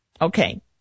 Okay